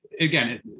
again